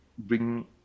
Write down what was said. bring